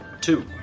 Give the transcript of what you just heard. Two